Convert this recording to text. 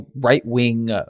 right-wing